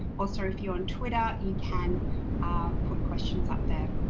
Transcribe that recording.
also, if you're on twitter you can put questions up there.